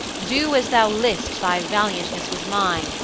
do as thou list. thy valiantness was mine,